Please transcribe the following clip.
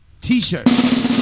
t-shirt